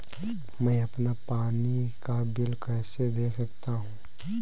मैं अपना पानी का बिल कैसे देख सकता हूँ?